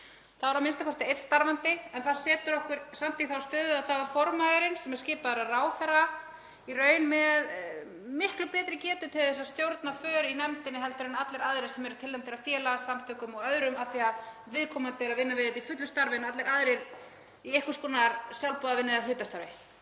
Þar er a.m.k. einn starfandi, en það setur okkur samt í þá stöðu að þá er formaðurinn, sem er skipaður af ráðherra, í raun með miklu betri getu til að stjórna för í nefndinni en allir aðrir sem eru tilnefndir af félagasamtökum og öðrum af því að viðkomandi er að vinna við þetta í fullu starfi en allir aðrir í einhvers konar sjálfboðavinnu eða hlutastarfi.